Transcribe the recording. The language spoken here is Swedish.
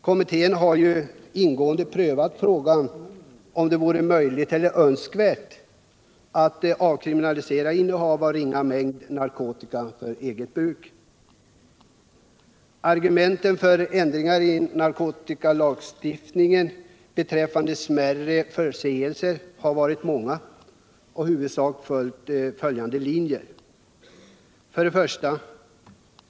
Kommittén har ingående prövat frågan om det vore möjligt eller önskvärt att avkriminalisera innehav av ringa mängd narkotika för ”eget bruk”. Argumenten för ändringar i narkotikalagstiftningen beträffande smärre narkotikaförseelser har varit många och i huvudsak följande: 1.